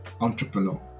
entrepreneur